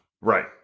Right